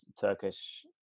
Turkish